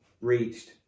reached